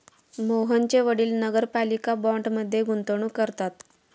मोहनचे वडील नगरपालिका बाँडमध्ये गुंतवणूक करतात